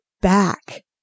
back